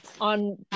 on